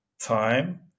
time